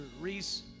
Reese